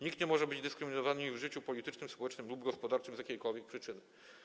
Nikt nie może być dyskryminowany w życiu politycznym, społecznym lub gospodarczym z jakiejkolwiek przyczyny.